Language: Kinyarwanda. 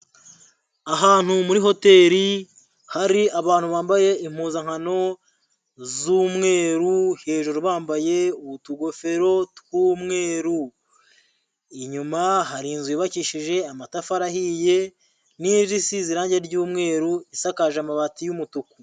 Ahantu muri hoteli hari abantu bambaye impuzankano z'umweru, hejuru bambaye utugofero tw'umweru, inyuma hari inzu yubakishije amatafari ahiye n'indi isize irangi ry'umweru isakaje amabati w'umutuku.